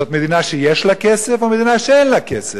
זאת מדינה שיש לה כסף או מדינה שאין לה כסף?